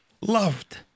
loved